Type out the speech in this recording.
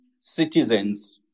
citizens